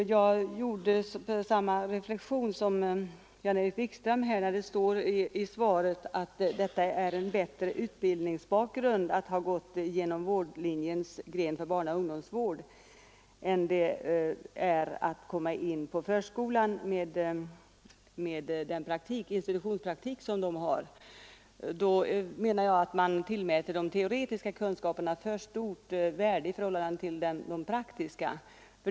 Jag gjorde samma reflexion som herr Wikström. Det står i svaret att det är en bättre utbildningsbakgrund att ha gått igenom vårdlinjens gren för barnoch ungdomsvård än att komma in på förskollärarutbildningen med den institutionspraktik som krävs. Då menar jag att man tillmäter de teoretiska kunskaperna för stort värde i förhållande till de praktiska.